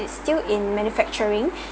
it still in manufacturing